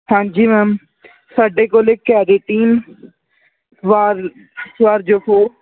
ਹਾਂਜੀ ਮੈਮ ਸਾਡੇ ਕੋਲ ਕੈਰੇਟੀਨ ਵਾਰ ਵਾਰਜਕੋ